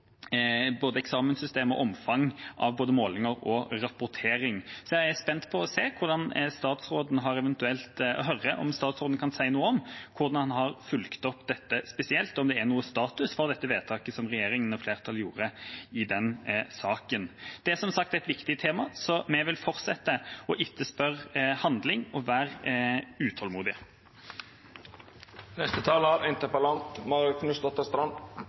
både eksamenssystemet og omfanget av både målinger og rapportering. Jeg er spent på å høre om statsråden kan si noe om hvordan han har fulgt opp dette spesielt, og om det er noen status for det vedtaket som regjeringspartiene og flertallet gjorde i den saken. Det er som sagt et viktig tema, så vi vil fortsette å etterspørre handling og være utålmodige.